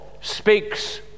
speaks